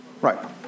Right